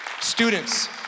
Students